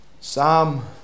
Psalm